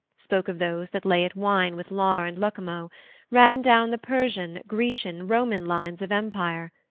spoke of those that lay at wine with lar and lucumo ran down the persian, grecian, roman lines of empire,